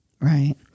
Right